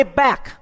back